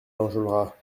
enjolras